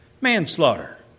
manslaughter